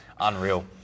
unreal